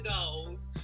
goals